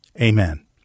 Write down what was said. Amen